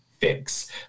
fix